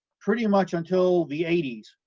pretty much until the eighty s,